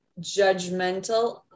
judgmental